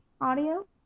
Audio